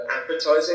advertising